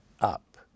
up